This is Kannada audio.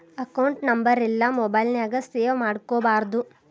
ಅಕೌಂಟ್ ನಂಬರೆಲ್ಲಾ ಮೊಬೈಲ್ ನ್ಯಾಗ ಸೇವ್ ಮಾಡ್ಕೊಬಾರ್ದು